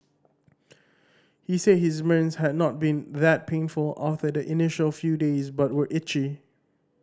he said his burns had not been that painful after the initial few days but were itchy